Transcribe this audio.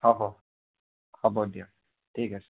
হ'ব হ'ব হ'ব দিয়া ঠিক আছে